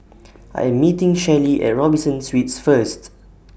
I Am meeting Shelli At Robinson Suites First